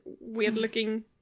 weird-looking